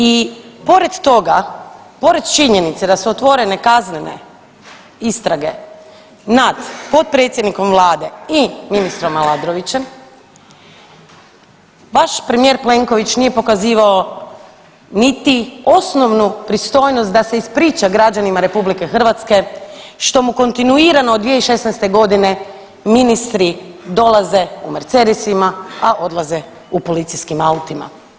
I pored toga, pored činjenice da su otvorene kaznene istrage nad potpredsjednikom vlade i ministrom Aladrovićem, vaš premijer Plenković nije pokazivao niti osnovnu pristojnost da se ispriča građanima RH što mu kontinuirano od 2016. godine ministri dolaze u mercedesima, a odlaze u policijskim autima.